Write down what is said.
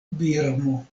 birmo